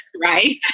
right